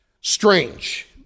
strange